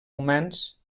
humans